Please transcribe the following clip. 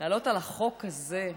לעלות על החוק הזה,